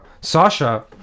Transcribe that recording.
Sasha